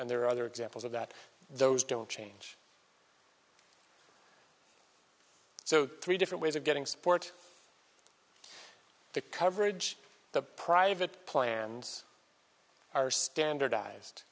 and there are other examples of that those don't change so three different ways of getting support the coverage the private plans are standardized